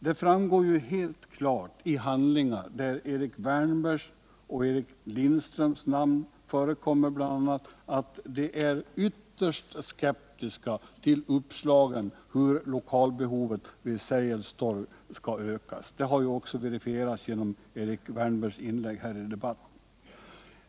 Det framgår ju helt klart av de handlingar där Erik Wärnbergs och Eric Lindströms namn förekommer, att de är ytterst skeptiska till uppslagen hur lokalbehovet vid Sergels torg skall kunna tillgodoses. Detta har ju också verifierats genom Erik Wärnbergs inlägg här i debatten.